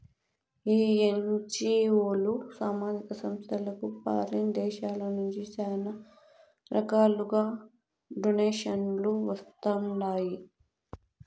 ఈ ఎన్జీఓలు, సామాజిక సంస్థలకు ఫారిన్ దేశాల నుంచి శానా రకాలుగా డొనేషన్లు వస్తండాయి